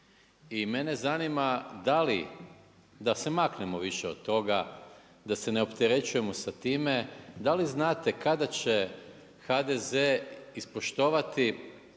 i mene zanima da li, da se maknemo više od toga, da se ne opterećujemo sa time, da li znate kada će HDZ ispoštovati